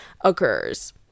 occurs